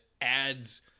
adds